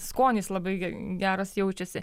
skonis labai geras jaučiasi